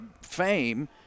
fame